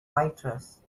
waitress